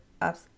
up